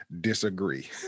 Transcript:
Disagree